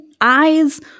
eyes